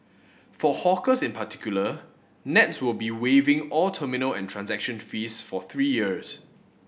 for hawkers in particular nets will be waiving all terminal and transaction fees for three years